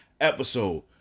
episode